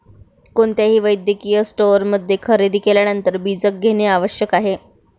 कोणत्याही वैद्यकीय स्टोअरमध्ये खरेदी केल्यानंतर बीजक घेणे आवश्यक आहे